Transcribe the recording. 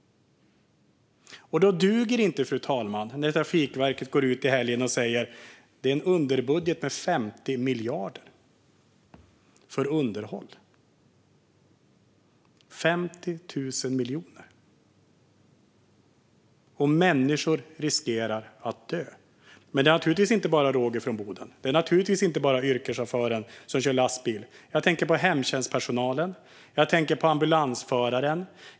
Det duger inte, fru talman, när Trafikverket gick ut i helgen och sa: Det är en underbudget med 50 miljarder för underhåll. Det är 50 000 miljoner. Och människor riskerar att dö. Men det handlar naturligtvis inte bara om Roger från Boden. Det handlar naturligtvis inte bara om yrkeschauffören som kör lastbil. Jag tänker på hemtjänstpersonalen. Jag tänker på ambulansföraren.